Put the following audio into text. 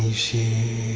she